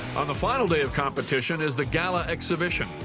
on the final day of competition is the gala exhibition.